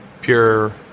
Pure